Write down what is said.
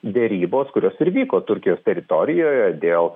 derybos kurios vyko turkijos teritorijoje dėl